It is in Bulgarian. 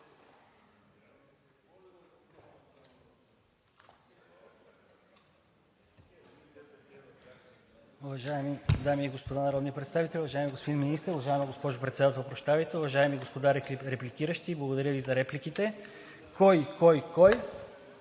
Кой, кой, кой?